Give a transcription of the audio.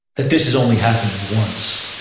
that this has only happened once,